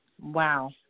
Wow